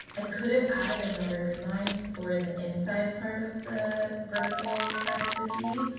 i could have added another grid line for the inside part of the vertical part of the b,